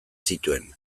zituen